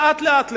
לאט-לאט לך.